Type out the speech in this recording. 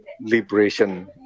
Liberation